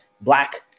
black